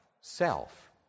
Self